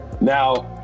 Now